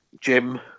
Jim